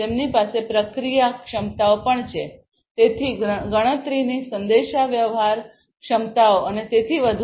તેમની પાસે પ્રક્રિયા ક્ષમતાઓ પણ છે તેથી ગણતરીની સંદેશાવ્યવહાર ક્ષમતાઓ અને તેથી વધુ